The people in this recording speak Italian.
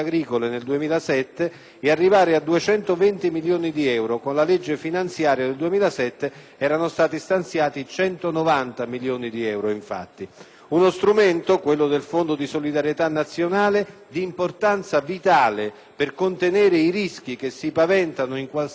ed arrivare a 220 milioni di euro, visto che con la legge finanziaria del 2007 erano stati stanziati 190 milioni di euro. Uno strumento, quello del Fondo di solidarietà nazionale, di importanza vitale per contenere i rischi che si paventano in qualsiasi attività agricola,